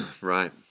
right